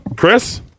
Chris